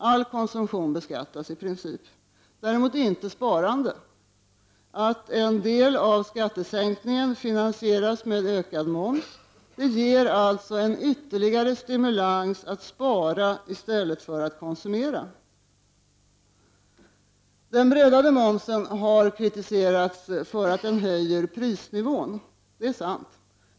All konsumtion beskattas i princip — däremot inte sparande. Att en del av skattesänkningen finansieras med ökad moms ger alltså en ytterligare stimulans att spara i stället för att konsumera. Den breddade momsen har kritiserats för att den höjer prisnivån. Det är sant.